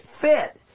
fit